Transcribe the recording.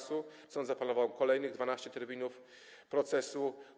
Sąd zaplanował kolejnych 12 terminów procesu.